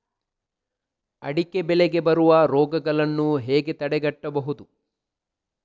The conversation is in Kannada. ಅಡಿಕೆ ಬೆಳೆಗೆ ಬರುವ ರೋಗಗಳನ್ನು ಹೇಗೆ ತಡೆಗಟ್ಟಬಹುದು?